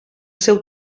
seu